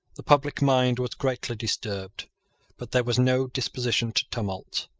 the public mind was greatly disturbed but there was no disposition to tumult.